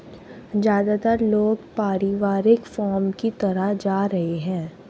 ज्यादातर लोग पारिवारिक फॉर्म की तरफ जा रहै है